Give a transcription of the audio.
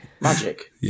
Magic